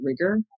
rigor